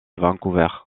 vancouver